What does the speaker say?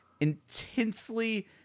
intensely